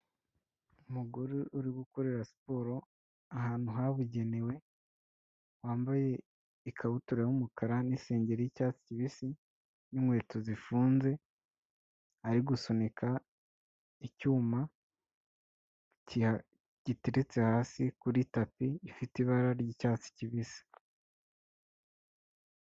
Umugore uri gukorera siporo ahantu habugenewe, wambaye ikabutura y' umukara n'isengeri y'icyatsi kibisi, n'inkweto zifunze, ari gusunika icyuma giteretse hasi kuri tapi ifite ibara ry'icyatsi kibisi.